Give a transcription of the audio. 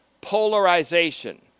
polarization